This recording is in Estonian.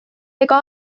ega